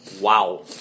Wow